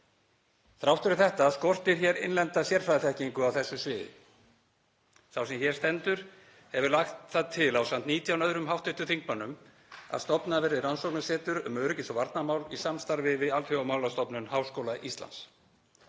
Þrátt fyrir þetta skortir innlenda sérfræðiþekkingu á þessu sviði. Sá sem hér stendur hefur lagt það til ásamt 19 öðrum hv. þingmönnum að stofnað verði rannsóknasetur öryggis- og varnarmála í samstarfi við Alþjóðamálastofnun Háskóla Íslands.